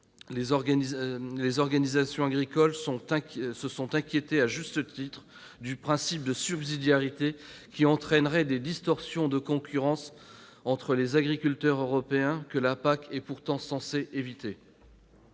Les organisations agricoles se sont inquiétées, à juste titre, du principe de subsidiarité, qui entraînerait des distorsions de concurrence entre les agriculteurs européens, ce que la PAC est pourtant censée éviter.